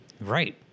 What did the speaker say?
Right